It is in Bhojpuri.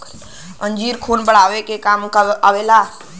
अंजीर खून बढ़ावे मे काम आवेला